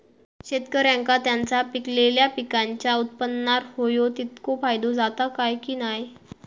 शेतकऱ्यांका त्यांचा पिकयलेल्या पीकांच्या उत्पन्नार होयो तितको फायदो जाता काय की नाय?